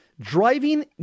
driving